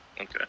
Okay